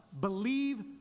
believe